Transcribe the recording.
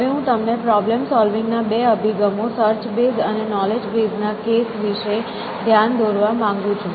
હવે હું તમને પ્રોબ્લેમ સોલવિંગ ના બે અભિગમો સર્ચ બેઝ અને નોલેજ બેઝ ના કેસ વિશે ધ્યાન દોરવા માંગુ છું